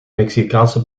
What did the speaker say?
mexicaanse